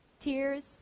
Tears